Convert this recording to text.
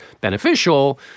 beneficial